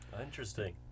Interesting